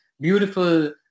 beautiful